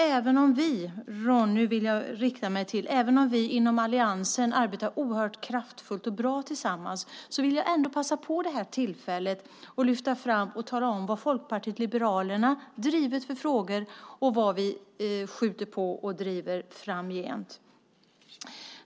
Även om vi inom alliansen arbetar oerhört kraftfullt och bra tillsammans, Ronny Olander, vill jag passa på att vid det här tillfället lyfta fram och tala om vad Folkpartiet liberalerna har drivit för frågor och vad vi skjuter på och driver framgent.